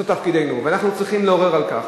את תפקידנו ואנחנו צריכים לעורר את זה.